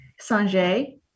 Sanjay